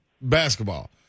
Basketball